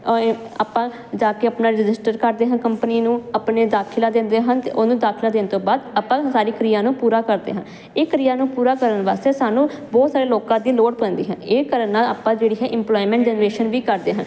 ਆਪਾਂ ਜਾ ਕੇ ਆਪਣਾ ਰਜਿਸਟਰ ਕਰਦੇ ਹਾਂ ਕੰਪਨੀ ਨੂੰ ਆਪਣੇ ਦਾਖਿਲਾ ਦਿੰਦੇ ਹਨ ਤੇ ਉਹਨੂੰ ਦਾਖਲਾ ਦੇਣ ਤੋਂ ਬਾਅਦ ਆਪਾਂ ਸਾਰੀ ਕਿਰਿਆ ਨੂੰ ਪੂਰਾ ਕਰਦੇ ਹਾਂ ਇਹ ਕਿਰਿਆ ਨੂੰ ਪੂਰਾ ਕਰਨ ਵਾਸਤੇ ਸਾਨੂੰ ਬਹੁਤ ਸਾਰੇ ਲੋਕਾਂ ਦੀ ਲੋੜ ਪੈਂਦੀ ਹੈ ਇਹ ਕਰਨ ਨਾਲ ਆਪਾਂ ਜਿਹੜੀ ਹੈ ਇਮਪਲੋਈਮੈਂਟ ਜਨਰੇਸ਼ਨ ਵੀ ਕਰਦੇ ਹਨ